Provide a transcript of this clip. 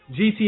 GTA